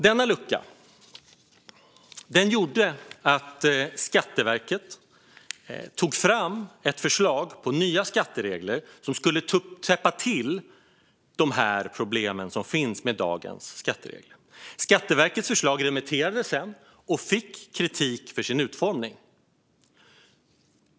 Denna lucka gjorde att Skatteverket tog fram ett förslag till nya skatteregler som skulle åtgärda problemen med dagens skatteregler. Skatteverkets förslag remitterades sedan och fick kritik för sin utformning.